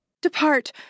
Depart